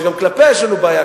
שגם כלפיה יש לנו בעיה,